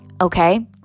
okay